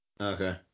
Okay